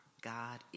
God